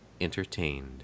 entertained